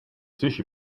sushi